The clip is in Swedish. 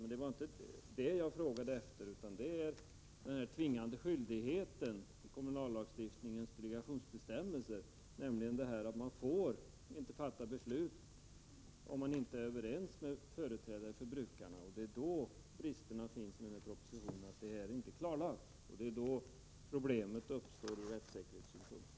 Men det var inte detta jag frågade efter, utan jag syftade på den tvingande skyldigheten i kommunallagens bestämmelser, nämligen att man inte får fatta beslut om man inte är överens med företrädare för brukarna. Bristen i propositionen är att detta inte är klarlagt. Då uppstår det problem ur rättssäkerhetssynpunkt.